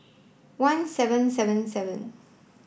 one seven seven seven